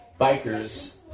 Bikers